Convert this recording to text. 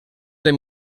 dels